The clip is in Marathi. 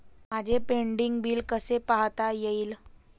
माझे पेंडींग बिल कसे पाहता येईल?